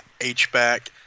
h-back